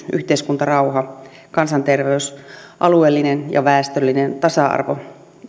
yhteiskuntarauha kansanterveys alueellinen ja väestöllinen tasa arvo